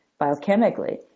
biochemically